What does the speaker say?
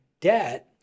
debt